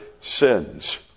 sins